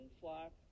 flock